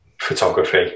photography